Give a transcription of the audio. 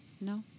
No